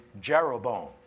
Jeroboam